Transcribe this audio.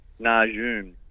Najum